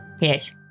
Yes